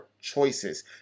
Choices